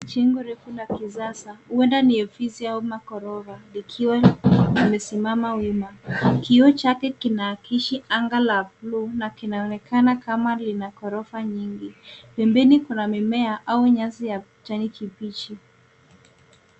Jengo refu la kisasa, huenda ni ofisi au maghorofa, likiwa limesimama wima. Kioo chake kinaakisi anga la bluu na kinaonekana kama lina ghorofa nyingi. Pembeni kuna mimea au nyasi ya kijani kibichi.